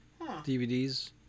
DVDs